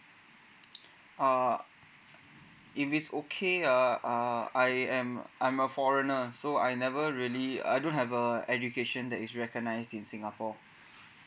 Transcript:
uh if it's okay ah uh I am I'm a foreigner so I never really I don't have a education that is recognized in singapore